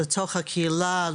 לצורך הקהילה,